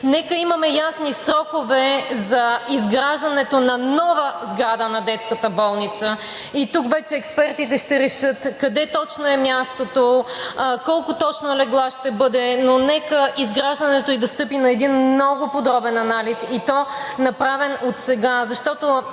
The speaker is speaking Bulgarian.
Нека имаме ясни срокове за изграждането на нова сграда на детската болница. И тук вече експертите ще решат къде точно е мястото, колко точно легла ще бъдат, но нека изграждането ѝ да стъпи на един много подробен анализ, и то направен отсега. Защото